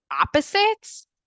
opposites